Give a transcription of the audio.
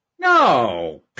No